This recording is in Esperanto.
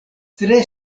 tre